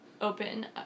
open